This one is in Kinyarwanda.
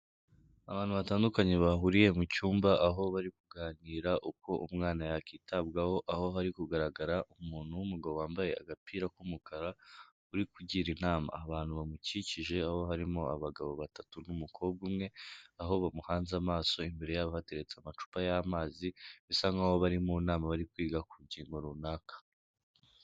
Abantu batandukanye bahuriye mu cyumba, aho bari kuganira uko umwana yakitabwaho, aho hari kugaragara umuntu w'umugabo wambaye agapira k'umukara uri kugira inama abantu bamukikije, aho harimo abagabo batatu n'umukobwa umwe, aho bamuhanze amaso, imbere yabo bateretse amacupa y'amazi bisa nk'aho bari mu nama, bari kwiga ku kintu runaka.